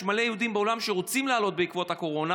יש מלא יהודים בעולם שרוצים לעלות בעקבות הקורונה.